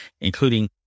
including